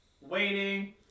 waiting